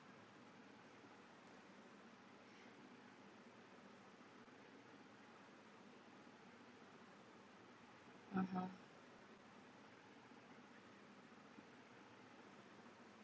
(uh huh)